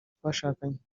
twashakanye